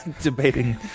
debating